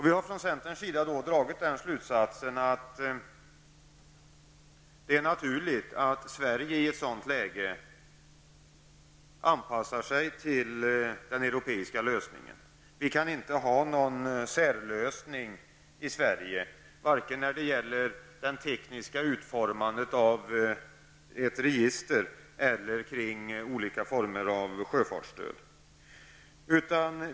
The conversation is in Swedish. Vi i centern har dragit slutsatsen att det är naturligt att Sverige i ett sådant läge anpassar sig till den europeiska lösningen. Sverige kan inte ha någon särlösning, varken när det gäller det tekniska utformandet av ett register eller beträffande olika former av sjöfartsstöd.